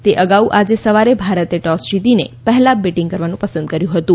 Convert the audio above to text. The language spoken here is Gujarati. તે અગાઉ આજે સવારે ભારતે ટોસ જીતીને પહેલાં બેટીંગ કરવાનું પસંદ કર્યું હતું